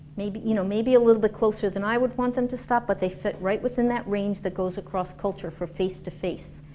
maybe you know maybe a little bit closer than i would want them to stop, but they fit right within that range that goes across cultures for face to face.